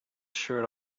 shirt